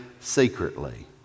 secretly